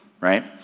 right